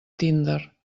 tinder